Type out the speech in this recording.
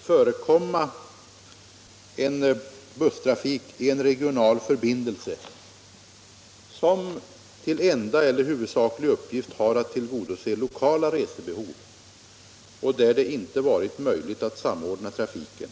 förekomma en busstrafik i en regional förbindelse som har till enda eller huvudsakliga uppgift att tillgodose lokala resebehov, där det inte varit möjligt att samordna trafiken.